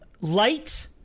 Light